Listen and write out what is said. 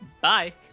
Bye